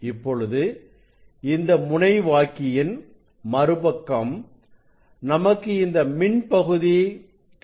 இப்பொழுது இந்த முனைவாக்கியின் மறுபக்கம் நமக்கு இந்த மின் பகுதி கிடைக்கும்